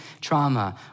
trauma